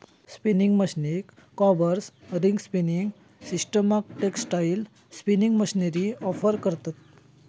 spinning मशीनीक combers, ring spinning सिस्टमाक textile spinning machinery offer करतव